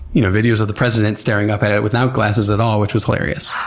you know, videos with the president staring up at it without glasses at all, which was hilarious.